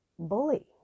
bully